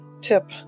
tip